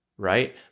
right